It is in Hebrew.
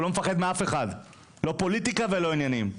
הוא לא מפחד מאף אחד, לא פוליטיקה ולא עניינים.